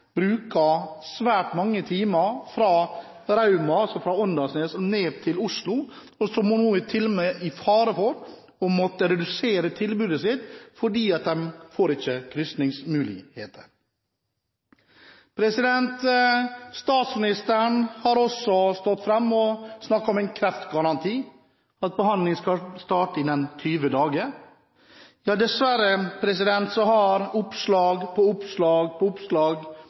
bruker svært mange timer fra Rauma, altså fra Åndalsnes, ned til Oslo, og nå står jernbanen i fare for å måtte redusere tilbudet sitt fordi de ikke får krysningsmuligheter. Statsministeren har også stått fram og snakket om en kreftgaranti, at behandling skal starte innen 20 dager. Dessverre har oppslag på oppslag på oppslag